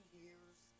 years